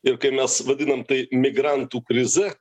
ir kai mes vadinam tai migrantų krize